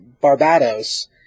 Barbados